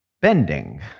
bending